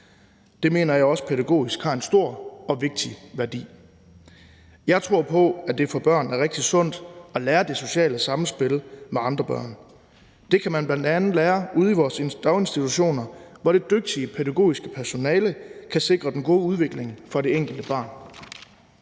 Det mener jeg også har en pædagogisk stor og vigtig værdi. Jeg tror på, at det for børn er rigtig sundt at lære det sociale samspil med andre børn. Det kan man bl.a. lære ude i vores daginstitutioner, hvor det dygtige pædagogiske personale kan sikre den gode udvikling for det enkelte barn.